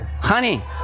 Honey